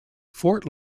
fort